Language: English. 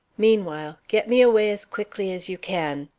meanwhile, get me away as quickly as you can.